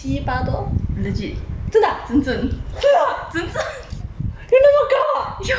legit 真正真正 ya